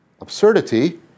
absurdity